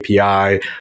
API